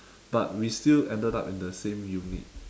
but we still ended up in the same unit